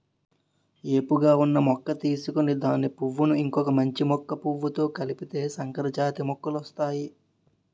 ఏపుగా ఉన్న మొక్క తీసుకొని దాని పువ్వును ఇంకొక మంచి మొక్క పువ్వుతో కలిపితే సంకరజాతి మొక్కలొస్తాయి